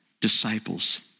disciples